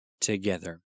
together